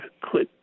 click